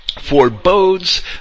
forebodes